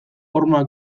horma